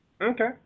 okay